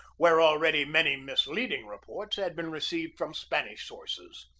where already many misleading reports had been received from spanish sources.